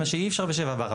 מה שאי אפשר ב-7 בר.